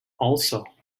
also